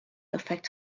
affect